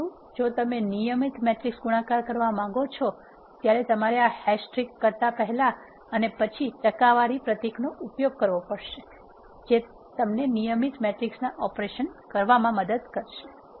પરંતુ જો તમે નિયમિત મેટ્રિક્સ ગુણાકાર મેળવવા માંગો છો તમારે આ હેશ ટ્રિક પહેલાં અને પછી ટકાવારી પ્રતીકનો ઉપયોગ કરવો પડશે જે નિયમિત મેટ્રિક્સ ઓપરેશન કરશે